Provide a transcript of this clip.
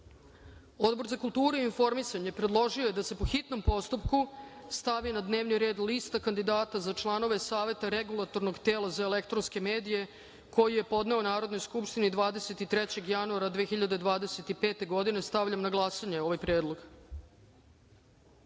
za kulturu i informisanje predložio je da se, po hitnom postupku, stavi na dnevni red lista kandidata za članove Saveta Regulatornog tela za elektronske medije, koji je podneo Narodnoj skupštini 23. januara 2025. godine. Stavljam na glasanje ovaj